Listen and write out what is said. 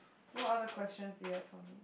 what other questions do you have for me